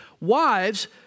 Wives